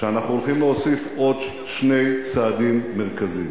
שאנחנו הולכים להוסיף עוד שני צעדים מרכזיים.